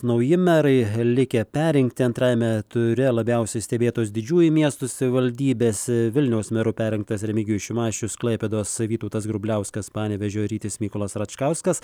nauji merai likę perrinkti antrajame ture labiausiai stebėtos didžiųjų miestų savivaldybės vilniaus meru perrinktas remigijus šimašius klaipėdos vytautas grubliauskas panevėžio rytis mykolas račkauskas